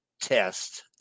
test